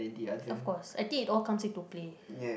of course I think it all comes into play